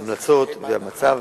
ההמלצות והמצב